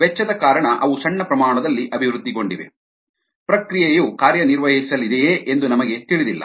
ವೆಚ್ಚದ ಕಾರಣ ಅವು ಸಣ್ಣ ಪ್ರಮಾಣದಲ್ಲಿ ಅಭಿವೃದ್ಧಿಗೊಂಡಿವೆ ಪ್ರಕ್ರಿಯೆಯು ಕಾರ್ಯನಿರ್ವಹಿಸಲಿದೆಯೇ ಎಂದು ನಮಗೆ ತಿಳಿದಿಲ್ಲ